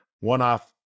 one-off